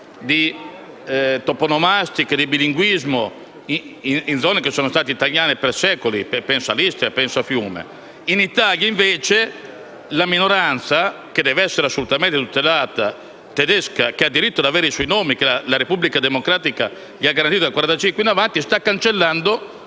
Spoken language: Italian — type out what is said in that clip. di toponomastica e di bilinguismo, in zone che sono state italiane per secoli - penso all'Istria e a Fiume - mentre in Italia la minoranza tedesca, che deve essere assolutamente tutelata e che ha diritto ad avere i suoi nomi, che la Repubblica democratica gli ha garantito dal 1945 in avanti, sta cancellando